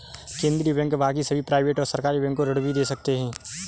केन्द्रीय बैंक बाकी सभी प्राइवेट और सरकारी बैंक को ऋण भी दे सकते हैं